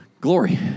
Glory